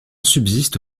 subsiste